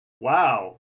wow